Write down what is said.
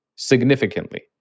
Significantly